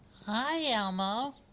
hi elmo.